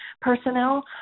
personnel